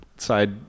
side